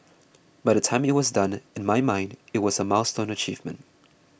by the time it was done in my mind it was a milestone achievement